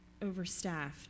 Overstaffed